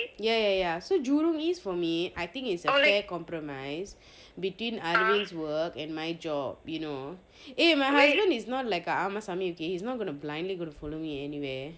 ya ya ya so jurong east for me I think it's a fair compromise between ali work and my job you know eh my husband is not like a ஆமா சாமி:aama saami okay he's not gonna blindly gonna follow me anywhere